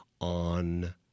on